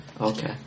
Okay